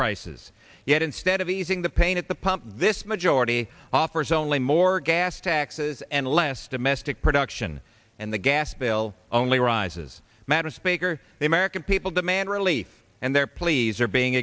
prices yet instead of easing the pain at the pump this majority offers only more gas taxes and less domestic production and the gas bill only rises matters spake or the american people demand relief and their pleas are being